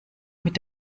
mit